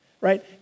right